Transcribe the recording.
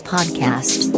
Podcast